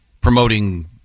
Promoting